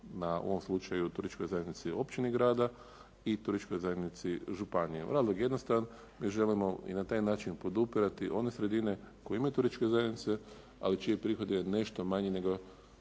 na u ovom slučaju u turističkoj zajednici općini grada i turističkoj zajednici županije. Razlog je jednostavan, mi želimo i na taj način podupirati one sredine koje imaju turističke zajednice, ali čiji prihod je nešto manji nego